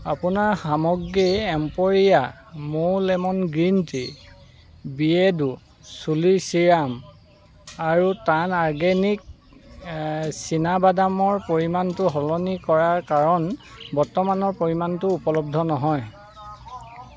আপোনাৰ সামগ্ৰী এম্পেৰীয়া মৌ লেমন গ্ৰীণ টি বিয়েৰ্ডো চুলিৰ ছিৰাম আৰু টাৰ্ণ অৰ্গেনিক চীনাবাদামৰ পৰিমাণটো সলনি কৰাৰ কাৰণ বৰ্তমানৰ পৰিমাণটো উপলব্ধ নহয়